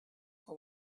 for